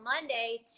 monday